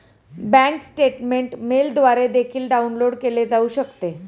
bank statement मेलद्वारे देखील download केले जाऊ शकते